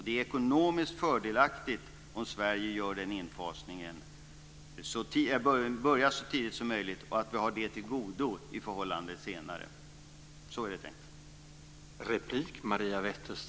Det är ekonomiskt fördelaktigt om Sverige börjar infasningen så tidigt som möjligt och har det tillgodo senare. Så är det tänkt.